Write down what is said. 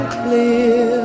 clear